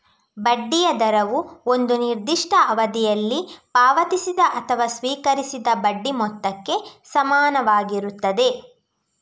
ಬಡ್ಡಿಯ ದರವು ಒಂದು ನಿರ್ದಿಷ್ಟ ಅವಧಿಯಲ್ಲಿ ಪಾವತಿಸಿದ ಅಥವಾ ಸ್ವೀಕರಿಸಿದ ಬಡ್ಡಿ ಮೊತ್ತಕ್ಕೆ ಸಮಾನವಾಗಿರುತ್ತದೆ